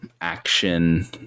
action